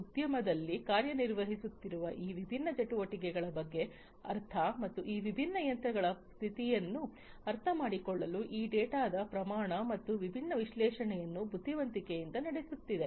ಉದ್ಯಮದಲ್ಲಿ ಕಾರ್ಯನಿರ್ವಹಿಸುತ್ತಿರುವ ಈ ವಿಭಿನ್ನ ಚಟುವಟಿಕೆಗಳ ಒಳ ಅರ್ಥ ಮತ್ತು ಈ ವಿಭಿನ್ನ ಯಂತ್ರಗಳ ಸ್ಥಿತಿಯನ್ನು ಅರ್ಥಮಾಡಿಕೊಳ್ಳಲು ಈ ಡೇಟಾದ ಪ್ರಮಾಣ ಮತ್ತು ವಿಭಿನ್ನ ವಿಶ್ಲೇಷಣೆಯನ್ನು ಬುದ್ಧಿವಂತಿಕೆಯಿಂದ ನಡೆಸುತ್ತಿದೆ